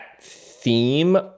theme